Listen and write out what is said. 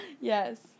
Yes